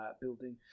building